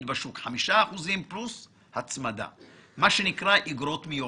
בשוק (5% פלוס הצמדה) מה שנקרא איגרות מיועדות.